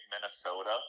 Minnesota